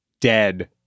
dead